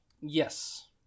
Yes